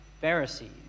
Pharisees